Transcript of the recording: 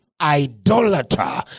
idolater